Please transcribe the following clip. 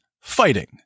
Fighting